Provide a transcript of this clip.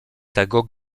tego